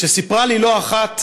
שסיפרה לי לא אחת